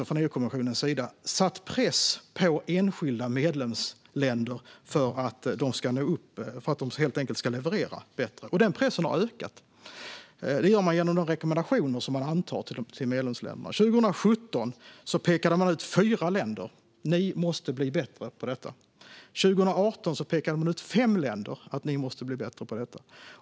Från EU-kommissionens sida har man också satt press på enskilda medlemsländer för att de helt enkelt ska leverera bättre, och den pressen har ökat. Detta gör man genom de rekommendationer till medlemsländerna som antas. År 2017 pekade man ut fyra länder som man sa måste bli bättre på detta. År 2018 pekade man ut fem länder som man sa måste bli bättre på detta.